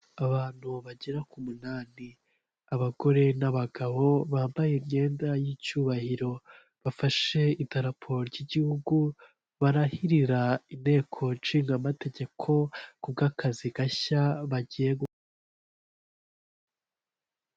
Imodoka y'ikamyo dayihatso isa nk'ijyanye ibicuruzwa, inyuma hari moto n'indi modoka ya toyota biyikurikiye gusa harimo umwanya uhagije.